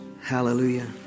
Hallelujah